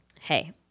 hey